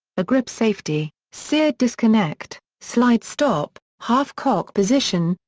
a grip safety, sear disconnect, slide stop, half cock position,